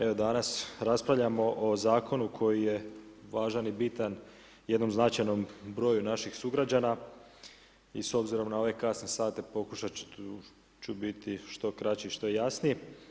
Evo danas raspravljamo o zakonu koji je važan i bitan jednom značajnom broju naših sugrađana i s obzirom na ove kasne sate pokušati ću biti što kraći i što jasniji.